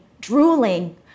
drooling